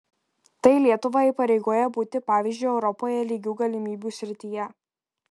tai lietuvą įpareigoja būti pavyzdžiu europoje lygių galimybių srityje